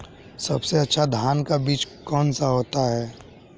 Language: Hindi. सबसे अच्छा धान का बीज कौन सा होता है?